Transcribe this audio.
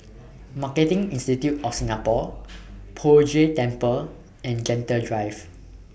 Marketing Institute of Singapore Poh Jay Temple and Gentle Drive